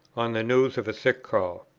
on the news of a sick call.